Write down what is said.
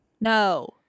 No